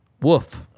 woof